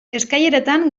eskaileretan